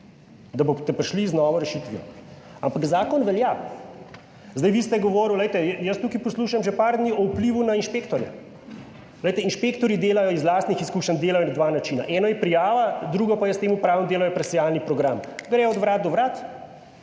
da boste prišli z novo rešitvijo, ampak zakon velja. Vi ste govoril, glejte, jaz tukaj poslušam že par dni o vplivu na inšpektorja. Glejte, inšpektorji delajo iz lastnih izkušenj, delajo na dva načina. Eno je prijava, drugo pa, jaz temu pravim delo je presejalni program. Gredo od vrat do vrat,